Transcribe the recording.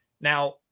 now